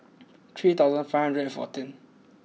three thousand five hundred and fourteen